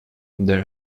there